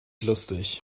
lustig